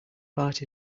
part